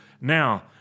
Now